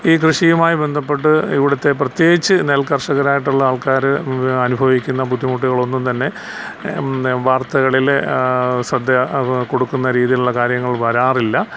ഈ കൃഷിയുമായി ബന്ധപ്പെട്ട് ഇവിടുത്തെ പ്രത്യേകിച്ച് നെൽ കർഷകരായിട്ടുള്ള ആൾക്കാർ അനുഭവിക്കുന്ന ബുദ്ധിമുട്ടുകളൊന്നും തന്നെ വാർത്തകളിൽ ശ്രദ്ധ കൊടുക്കുന്ന രീതിയിലുള്ള കാര്യങ്ങൾ വരാറില്ല